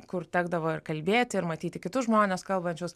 kur tekdavo ir kalbėti ir matyti kitus žmones kalbančius